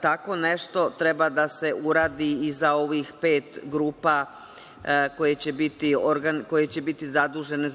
tako nešto treba da se uradi i za ovih pet grupa koje će biti zadužene